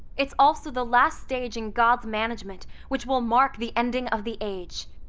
it's also the last stage in god's management, which will mark the ending of the age.